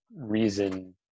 reason